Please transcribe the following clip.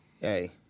Hey